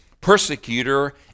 persecutor